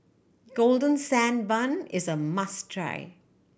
Golden Sand Bun is a must try